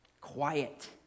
Quiet